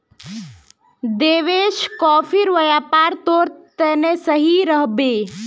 देवेश, कॉफीर व्यापार तोर तने सही रह बे